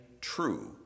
true